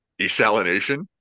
desalination